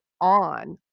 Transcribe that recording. on